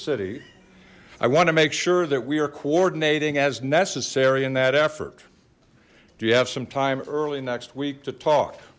city i want to make sure that we are coordinating as necessary in that effort do you have some time early next week to talk